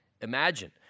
Imagine